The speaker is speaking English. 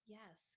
Yes